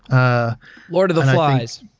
ah lord of the flies.